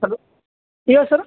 hello ಹೇಳಿ ಸರ್ರ